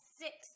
six